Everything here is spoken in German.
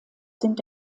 sind